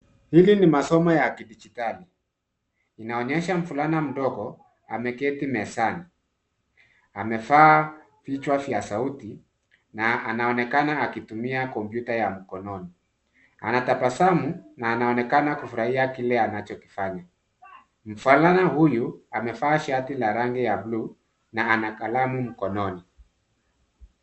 Hili ni masomo ya kidijitali. Inaonyesha mvulana mdogo, ameketi mezani. Amevaa vichwa vya sauti na anaonekana akitumia kompyuta ya mkononi. Anatabasamu na anaonekana kufurahia kile anachokifanya. Mvulana huyu amevaa shati la rangi ya blue na ana kalamu mkononi.